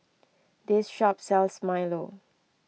this shop sells Milo